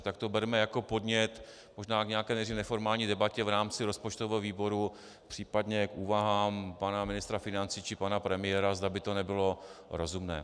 Tak to berme jako podnět, možná nejdřív k nějaké neformální debatě v rámci rozpočtového výboru, případně k úvahám pana ministra financí či pana premiéra, zda by to nebylo rozumné.